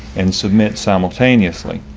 and submit simultaneously.